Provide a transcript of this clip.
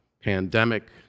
Pandemic